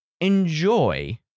enjoy